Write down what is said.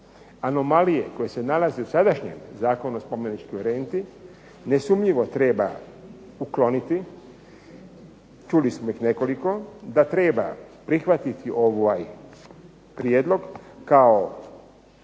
anomalije koje se nalaze u sadašnjem Zakonu o spomeničkoj renti nesumnjivo treba ukloniti. Čuli smo ih nekoliko, da treba prihvatiti ovaj prijedlog kao